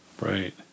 Right